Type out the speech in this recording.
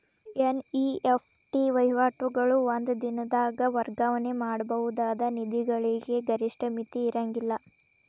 NEFT ವಹಿವಾಟುಗಳು ಒಂದ ದಿನದಾಗ್ ವರ್ಗಾವಣೆ ಮಾಡಬಹುದಾದ ನಿಧಿಗಳಿಗೆ ಗರಿಷ್ಠ ಮಿತಿ ಇರ್ಂಗಿಲ್ಲಾ